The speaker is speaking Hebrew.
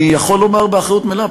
אני יכול לומר באחריות מלאה,